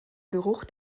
geruch